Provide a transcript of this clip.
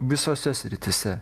visose srityse